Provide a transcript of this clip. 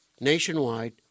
nationwide